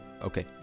Okay